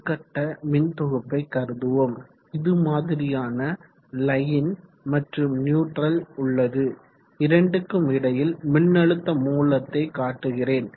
ஒரு கட்ட மின்தொகுப்பை கருதுவோம் இது மாதிரியான லைன் மற்றும் நியூட்ரல் உள்ளது இரண்டுக்கும் இடையில் மினனழுத்த மூலத்தை காட்டுகிறேன்